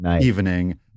evening